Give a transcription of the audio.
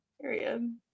period